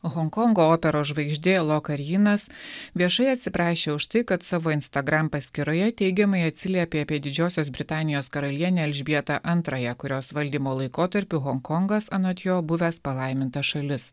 honkongo operos žvaigždė lokarjinas viešai atsiprašė už tai kad savo instagram paskyroje teigiamai atsiliepė apie didžiosios britanijos karalienę elžbietą antrąją kurios valdymo laikotarpiu honkongas anot jo buvęs palaiminta šalis